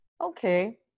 okay